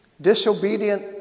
disobedient